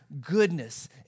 goodness